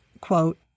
quote